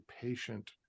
patient